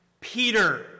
Peter